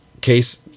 case